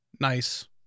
nice